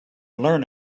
learn